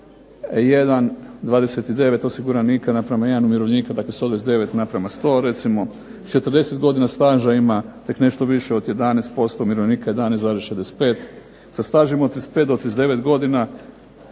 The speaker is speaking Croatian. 29 osiguranika naprama 1 umirovljenika, dakle 129 naprama 100 recimo, 40 godina staža ima tek nešto više od 11% umirovljenika 11,65, sa stažem od 35 do 39 godina